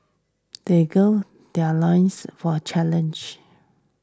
they gird their loins for challenge